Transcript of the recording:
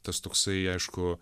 tas toksai aišku